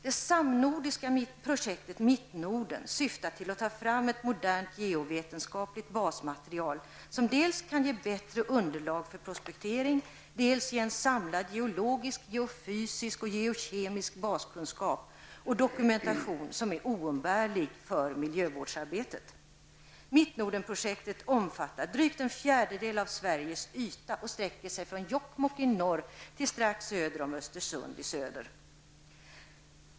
Det samnordiska projektet Mittnorden syftar till att ta fram ett modernt geovetenskapligt basmaterial som dels kan ge bättre underlag för prospektering, dels ge en samlad geologisk, geofysisk och geokemisk baskunskap och dokumentation, som är oumbärlig för miljövårdsarbetet. Mittnordenprojektet omfattar drygt en fjärdedel av Sveriges yta och sträcker sig från Jokkmokk i norr till strax nedanför Östersund i söder.